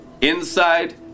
inside